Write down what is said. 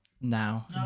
now